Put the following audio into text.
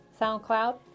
SoundCloud